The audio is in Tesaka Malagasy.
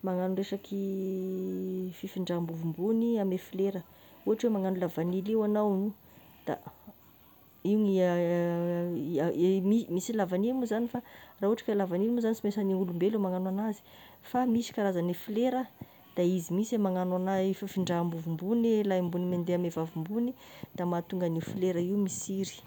magnano resaky fifindrambovimbony ame flera, ohatry hoe magnano la vanille io agnao da io ny a e mi- misy la vanille moa zagny fa raha ohatry ka ny la vanille moa zagny sy maintsy ny olombelona magnano anazy, fa misy karazagna flera de izy misy no magnano anazy fifindrambovimbony e lahimbony mandeha amin'ny vavimbony, da mahatonga an'io flera io misiry.